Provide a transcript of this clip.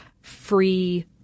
free